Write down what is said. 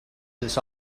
this